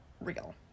real